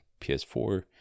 PS4